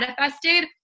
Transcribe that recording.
manifested